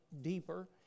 deeper